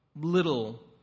little